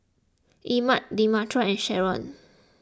Emmet Demetra and Sherron